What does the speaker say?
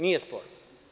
Nije sporno.